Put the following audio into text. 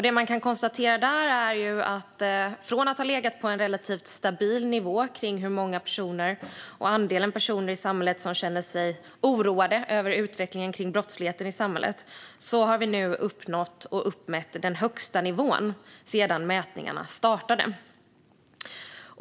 Det man kan konstatera av den är att från att ha legat på en relativt stabil nivå för hur många personer och hur stor andel personer i samhället som känner sig oroade över utvecklingen av brottsligheten i samhället har vi nu uppnått och uppmätt den högsta nivån sedan mätningarna började.